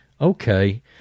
Okay